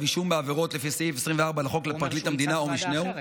אישום בעבירות לפי סעיף 24 לחוק לפרקליט המדינה או משנהו,